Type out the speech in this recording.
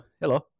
hello